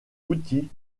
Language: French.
outils